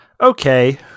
Okay